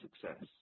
success